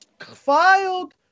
filed